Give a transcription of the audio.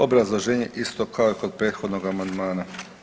Obrazloženje isto kao i kod prethodnog amandmana.